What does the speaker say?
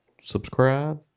subscribe